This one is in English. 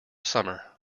summer